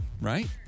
Right